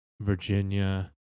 Virginia